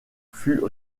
fut